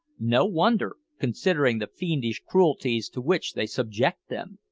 no wonder, considering the fiendish cruelties to which they subject them!